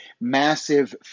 massive